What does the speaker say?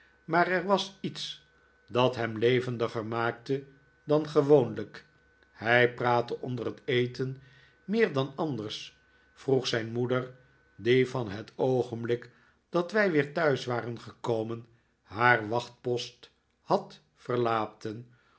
maar er was iets dat hem levendiger maakte dan gewoonlijk hij praatte onder het eten meer dan anders vroeg zijn moeder die van het oogenblik dat wij weer thuis waren gekomen haar wachtpost had verlaten